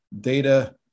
data